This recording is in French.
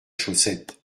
chaussette